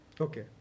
Okay